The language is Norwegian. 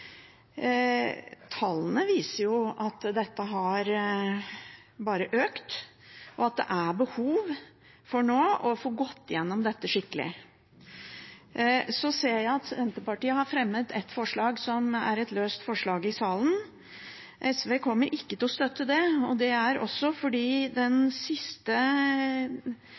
Tallene viser at dette bare har økt, og at det nå er behov for å få gått igjennom dette skikkelig. Så ser jeg at Senterpartiet har fremmet et løst forslag i salen. SV kommer ikke til å støtte det. Det er fordi den siste